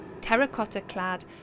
terracotta-clad